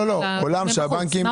הקיים.